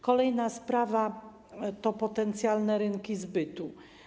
Kolejna sprawa to potencjalne rynki zbytu.